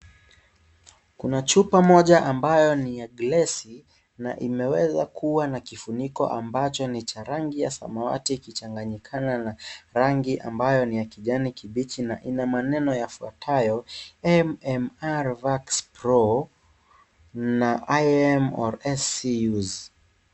Kuna chupa moja ambayo ni ya glasi na imeweza kuwa na kifuniko ambacho ni cha rangi ya samawati ikichanganyikana na rangi ambayo ni ya kijani kibichi na ina maneno yafuatayo MMR Vax Pro na IM or SC use.